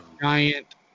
giant